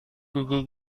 gigi